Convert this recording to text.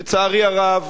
לצערי הרב,